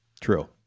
true